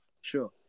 Sure